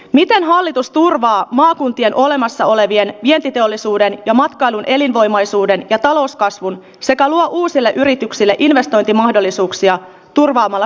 mitään hallitus turvaa maakuntien olemassa olevien vientiteollisuuden ja matkailun elinvoimaisuuden ja talouskasvun segalla uusille yrityksille investointimahdollisuuksia turvaamalla